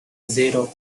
zero